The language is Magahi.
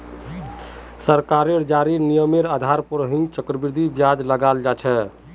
सरकारेर जारी नियमेर आधार पर ही चक्रवृद्धि ब्याज लगाल जा छे